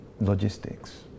logistics